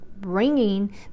bringing